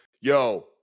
Yo